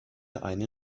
eine